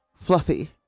fluffy